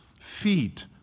Feet